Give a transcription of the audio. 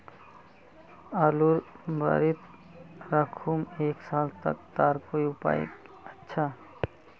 आलूर बारित राखुम एक साल तक तार कोई उपाय अच्छा?